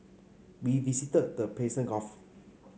we visited the Persian Gulf